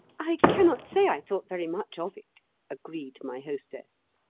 i cannot say i thought very much of it agreed my hostess.